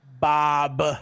Bob